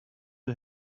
der